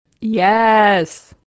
Yes